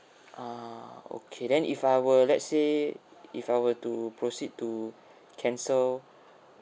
uh okay then if I were let's say if I were to proceed to cancel